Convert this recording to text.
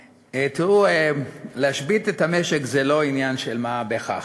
תראו, להשבית את המשק זה לא עניין של מה בכך.